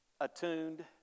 attuned